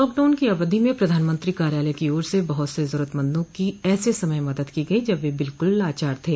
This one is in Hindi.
लॉकडाउन की अवधि में प्रधानमंत्री कार्यालय की ओर से बहुत से जरूरतमंदों की ऐसे समय मदद की गई जब वे बिल्कुल लाचार थे